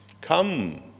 Come